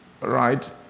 Right